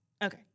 Okay